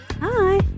Hi